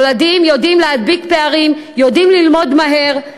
ילדים יודעים להדביק פערים, יודעים ללמוד מהר.